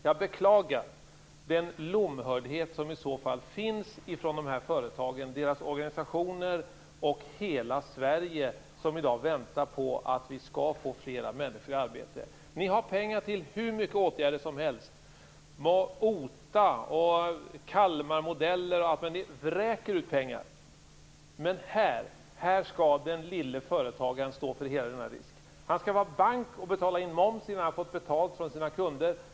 Jag beklagar den lomhördhet som i så fall finns inför de här företagen, deras organisationer och hela Sverige, som i dag väntar på att vi skall få fler människor i arbete. Ni har pengar till hur mycket åtgärder som helst, OTA, Kalmarmodellen och allt möjligt. Ni vräker ut pengar. Men här skall den lille företagaren stå för hela denna risk. Han skall vara bank och betala in moms innan han har fått betalt från sina kunder.